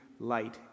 Light